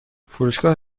فروشگاه